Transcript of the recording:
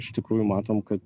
iš tikrųjų matom kad